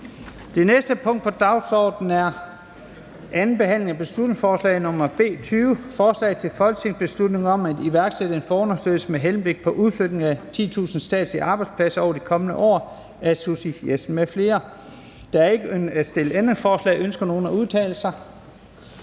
Det næste punkt på dagsordenen er: 24) 2. (sidste) behandling af beslutningsforslag nr. B 20: Forslag til folketingsbeslutning om at iværksætte en forundersøgelse med henblik på udflytning af 10.000 statslige arbejdspladser over de kommende år. Af Susie Jessen (DD) m.fl. (Fremsættelse